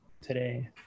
today